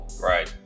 Right